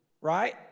Right